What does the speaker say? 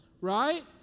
right